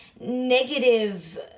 negative